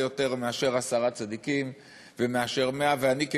הרבה יותר מאשר עשרה צדיקים ומאשר 100. אני,